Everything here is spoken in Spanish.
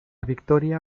victoria